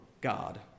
God